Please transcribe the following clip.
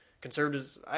conservatives